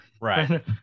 right